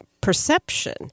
perception